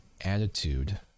attitude